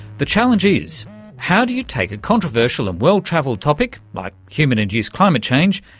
the challenge is how do you take a controversial and well travelled topic, like human-induced climate change,